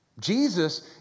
Jesus